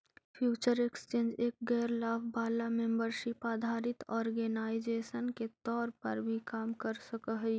future exchange एक गैर लाभ वाला मेंबरशिप आधारित ऑर्गेनाइजेशन के तौर पर भी काम कर सकऽ हइ